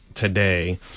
today